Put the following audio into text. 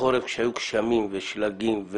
בחורף כשהיו גשמים ושלגים,